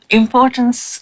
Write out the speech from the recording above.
importance